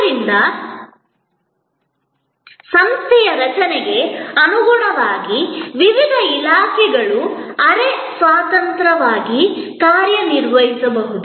ಆದ್ದರಿಂದ ಸಂಸ್ಥೆಯ ರಚನೆಗೆ ಅನುಗುಣವಾಗಿ ವಿವಿಧ ಇಲಾಖೆಗಳು ಅರೆ ಸ್ವತಂತ್ರವಾಗಿ ಕಾರ್ಯನಿರ್ವಹಿಸಬಹುದು